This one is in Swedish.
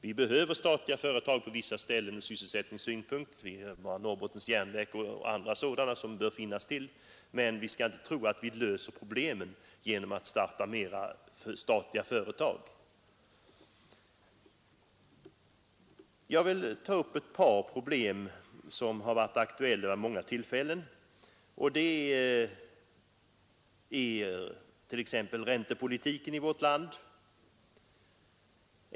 Vi behöver statliga företag på vissa ställen av sysselsättningsskäl — vi har Norrbottens järnverk och andra, som bör finnas till — men vi skall inte tro att vi löser problemen genom att starta flera statliga företag. Jag vill ta upp ett par problem som varit aktuella vid många tillfällen. Jag tänker då först på räntepolitiken i vårt land.